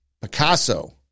Picasso